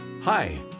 Hi